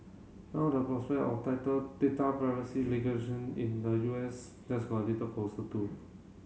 now the prospect of tighter data privacy in the U S just got a little closer too